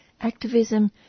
activism